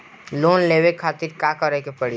Loan लेवे खातिर का करे के पड़ी?